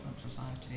Society